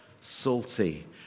salty